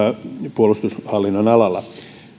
puolustushallinnon alalla